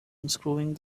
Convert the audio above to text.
unscrewing